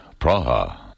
Praha